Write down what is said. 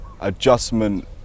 adjustment